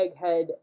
Egghead